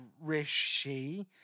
Rishi